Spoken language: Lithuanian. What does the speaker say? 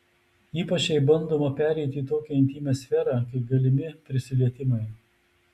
ypač jei bandoma pereiti į tokią intymią sferą kai galimi prisilietimai